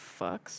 fucks